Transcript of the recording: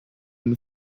been